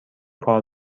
کار